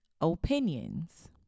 opinions